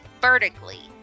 vertically